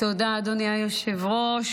תודה, אדוני היושב-ראש.